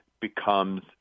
becomes